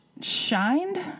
shined